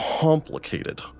complicated